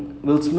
mm